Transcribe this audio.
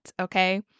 okay